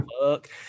Look